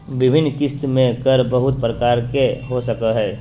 विभिन्न किस्त में कर बहुत प्रकार के हो सको हइ